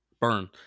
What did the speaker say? Burn